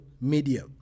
media